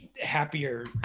happier